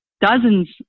dozens